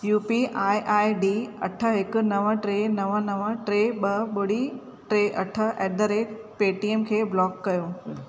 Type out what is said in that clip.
U P I I D अठ हिकु नव ट्रे नव नव ट्रे ॿ ॿुडी ट्रे अठ ऐट द रेट पेटीएम खे ब्लॉक कयो